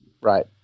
right